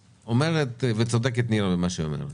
אומרת נירה, והיא צודקת במה שהיא אומרת,